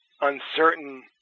uncertain